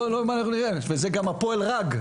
וזה גם הפועל רג.